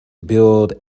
build